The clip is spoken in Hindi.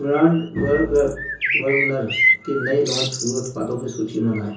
ब्रांड वर्गर बर्गनर के नए लॉन्च हुए उत्पादों की सूची बनाएँ